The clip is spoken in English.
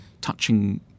touching